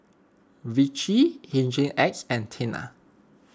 Vichy Hygin X and Tena